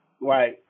Right